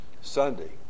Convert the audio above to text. Sunday